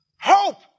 Hope